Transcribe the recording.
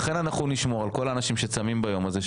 לכן נשמור על כל הצמים ביום הזה,